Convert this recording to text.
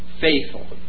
faithful